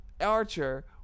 archer